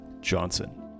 johnson